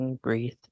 Breathe